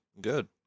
Good